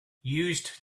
used